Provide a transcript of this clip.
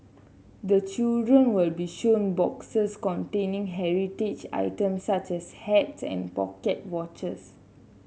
the children will be shown boxes containing heritage items such as hats and pocket watches